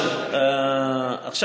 או בנושא המיסוי של ראש הממשלה.